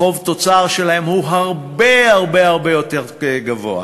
יחס החוב תוצר שלהן הוא הרבה הרבה יותר גבוה,